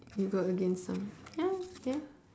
you go against some ya ya